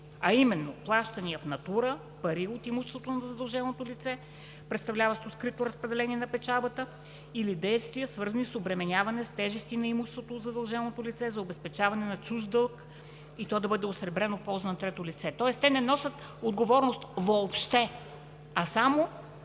а именно плащания в натура, пари от имуществото на задълженото лице, представляващо скрито разпределение на печалбата или действия, свързани с обременяване, с тежести на имуществото от задълженото лице за обезпечаване на чужд дълг и то да бъде осребрено в полза на трето лице“. Тоест, те не носят отговорност въобще, а само